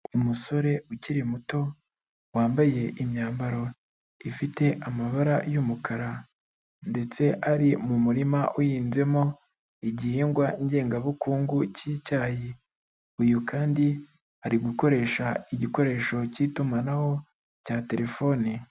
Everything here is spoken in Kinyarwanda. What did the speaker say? Umusore ukiri muto, wambaye imyambaro ifite amabara y'umukara ndetse ari mu murima uhinzemo, igihingwa ngengabukungu cy'icyayi. Uyu kandi ari gukoresha igikoresho cy'itumanaho cya terefone.